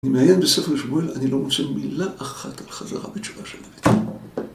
אני מעיין בספר שמואל, אני לא מוצא מילה אחת על חזרה בתשובה של דוד.